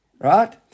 Right